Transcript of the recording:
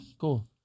cool